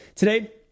Today